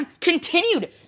continued